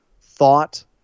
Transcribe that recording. thought